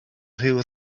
ryw